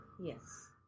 Yes